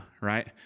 Right